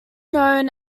known